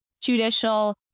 judicial